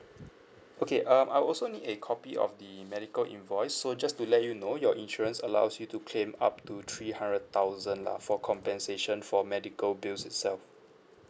okay um I will also need a copy of the medical invoice so just to let you know your insurance allows you to claim up to three hundred thousand lah for compensation for medical bills itself